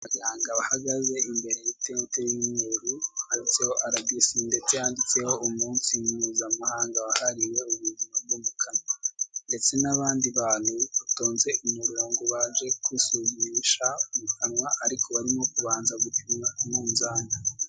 Abaganga bahagaze imbere y'itente y'umweru handitseho RBC ndetse handitseho umunsi mpuzamahanga wahariwe ubuzima bwo mu kanwa ndetse n'abandi bantu batonze umurongo baje kwisuzumisha mu kanwa ariko barimo kubanza gupima umunzani.